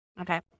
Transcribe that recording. Okay